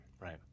Right